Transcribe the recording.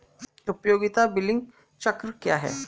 उपयोगिता बिलिंग चक्र क्या है?